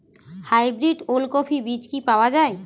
Hybrid ওলকফি বীজ কি পাওয়া য়ায়?